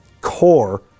core